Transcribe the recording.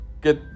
get